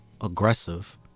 Aggressive